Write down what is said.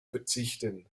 verzichten